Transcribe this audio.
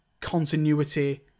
continuity